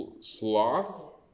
sloth